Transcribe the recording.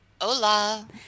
Hola